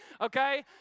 okay